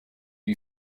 you